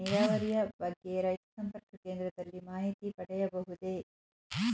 ನೀರಾವರಿಯ ಬಗ್ಗೆ ರೈತ ಸಂಪರ್ಕ ಕೇಂದ್ರದಲ್ಲಿ ಮಾಹಿತಿ ಪಡೆಯಬಹುದೇ?